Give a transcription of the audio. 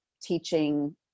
teaching